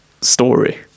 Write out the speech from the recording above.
story